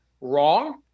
wrong